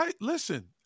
listen